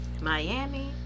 Miami